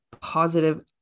positive